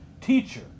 Teacher